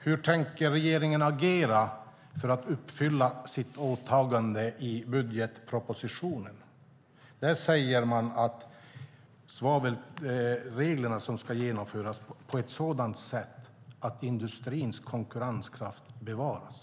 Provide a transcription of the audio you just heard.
Hur tänker regeringen agera för att uppfylla sitt åtagande i budgetpropositionen? Där framgår att svavelreglerna ska genomföras på ett sådant sätt att industrins konkurrenskraft bevaras.